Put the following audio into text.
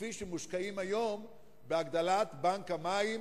מכפי שמושקעים היום בהגדלת בנק המים,